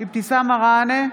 אבתיסאם מראענה,